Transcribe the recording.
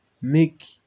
make